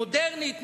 מודרנית,